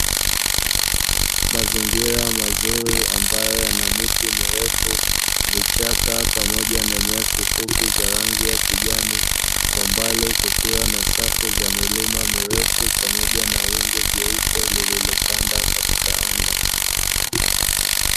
Mazingira mazuri ambayo yana miti mirefu, vichaka pamoja na nyasi fupi za rangi ya kijani, kwa mbali kukiwa na safu za milima mirefu pamoja na wingu jeupe lililo tanda katika anga.